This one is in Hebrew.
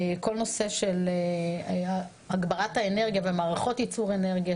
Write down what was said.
כל נושא של הגברת האנרגיה ומערכות ייצור אנרגיה,